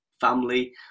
family